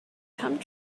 come